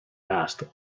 asked